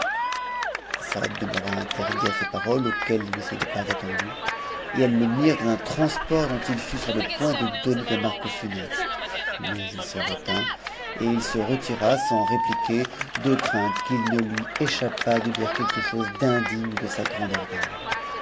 demeura interdit à ces paroles auxquelles il ne s'était pas attendu et elles le mirent dans un transport dont il fut sur le point d donner des marques funestes mais il se retint et il se retira sans rpj i quer de crainte qu'il ne lui échappât de dire quelque chose d'indigne df sa grandeur d'âme